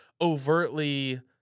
overtly